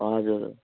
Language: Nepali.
हजुर